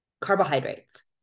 carbohydrates